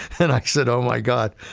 and i said, oh, my god,